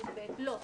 לא.